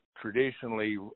traditionally